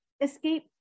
escape